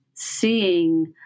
seeing